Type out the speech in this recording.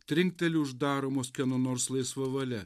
trinkteli uždaromos kieno nors laisva valia